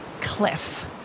cliff